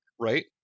right